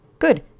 Good